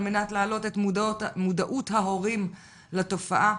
מנת להעלות את מודעות ההורים לתופעה.